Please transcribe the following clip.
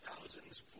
thousands